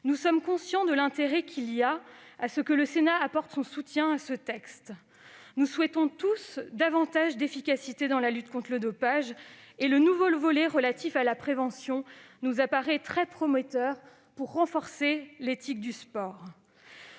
Nous sommes conscients de l'intérêt qu'il y a à ce que le Sénat apporte son soutien à ce texte. Nous souhaitons tous une plus grande efficacité dans la lutte contre le dopage et le nouveau volet relatif à la prévention nous semble très prometteur pour renforcer l'éthique du sport.